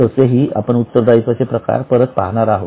तसेही आपण उत्तरदायित्वाचे प्रकार परत पाहणार आहोत